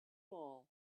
mall